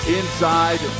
inside